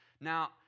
Now